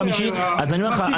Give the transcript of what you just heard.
אז אני אומר לך,